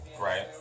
Right